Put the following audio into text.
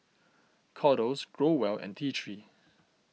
Kordel's Growell and T three